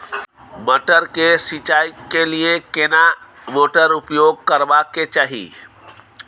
मटर के सिंचाई के लिये केना मोटर उपयोग करबा के चाही?